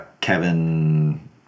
Kevin